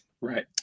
Right